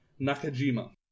Nakajima